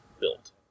Built